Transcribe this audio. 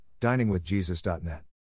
diningwithjesus.net